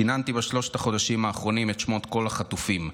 שיננתי בשלושת החודשים האחרונים את שמות כל החטופים,